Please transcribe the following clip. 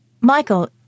Michael